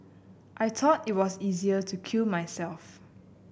I thought it was easier to kill myself